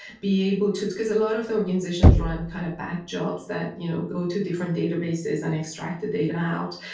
be able to because a lot of the organizations run kind of back jobs that you know go to different databases and extract the data out.